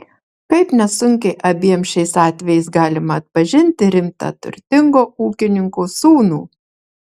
kaip nesunkiai abiem šiais atvejais galima atpažinti rimtą turtingo ūkininko sūnų